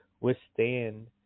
withstand